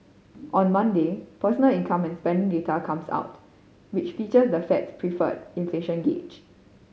on Monday personal income and spending data comes out which features the Fed's preferred inflation gauge